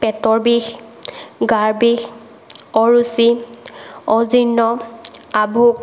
পেটৰ বিষ গাৰ বিষ অৰুচি অজিৰ্ণ আভোক